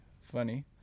funny